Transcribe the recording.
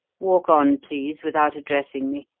walk on, please, without addressing me.